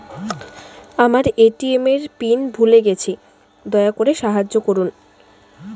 আমার এ.টি.এম এর পিন ভুলে গেছি, দয়া করে সাহায্য করুন